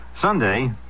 Sunday